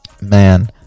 man